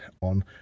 on